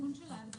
התיקון של ההגדרה?